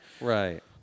right